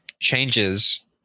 changes